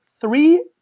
three